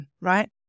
right